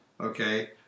Okay